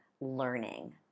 learning